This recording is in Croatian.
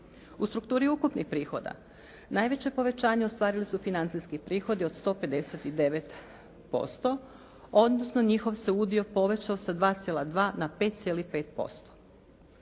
U strukturi ukupnih prihoda najveće povećanje ostvarili su financijski prihodi od 159%, odnosno njihov se udio povećao sa 2,2 na 5,5%.